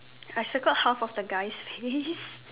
I circled half of the guy's face